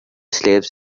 slaves